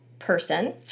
person